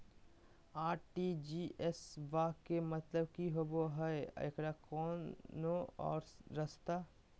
RTGS बा के मतलब कि होबे हय आ एकर कोनो और रस्ता?